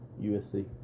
USC